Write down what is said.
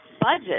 budget